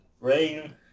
rain